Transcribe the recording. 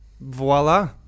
voila